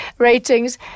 ratings